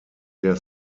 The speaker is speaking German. der